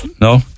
no